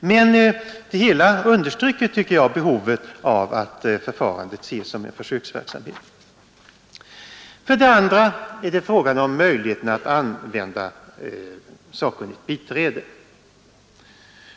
Det hela understryker, tycker jag, behovet av att förfarandet ses som en försöksverksamhet. Vidare gäller det möjligheten att använda sakkunnigt biträde.